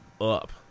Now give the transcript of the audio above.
up